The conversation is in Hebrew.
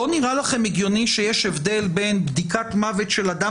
לא נראה לכם הגיוני שיש הבדל בין בדיקת מוות של אדם